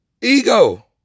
ego